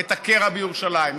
את הקרע בירושלים,